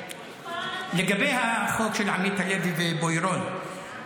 לגבי החוק של עמית הלוי ובוארון,